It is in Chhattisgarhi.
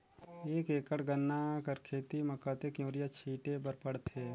एक एकड़ गन्ना कर खेती म कतेक युरिया छिंटे बर पड़थे?